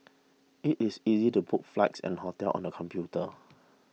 it is easy to book flights and hotels on the computer